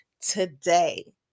today